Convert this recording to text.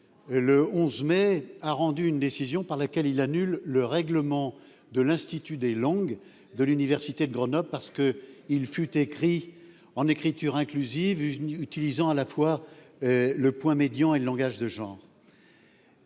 Le 11 mai, a rendu une décision par laquelle il annule le règlement de l'Institut des langues de l'université de Grenoble parce que il fut écrit en écriture inclusive, utilisant à la foire. Le point médian et le langage de genre.